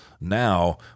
now